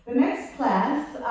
class,